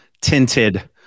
tinted